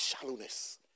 shallowness